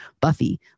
Buffy